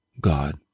God